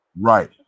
Right